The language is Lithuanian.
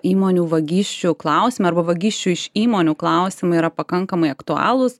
įmonių vagysčių klausimą arba vagysčių iš įmonių klausimai yra pakankamai aktualūs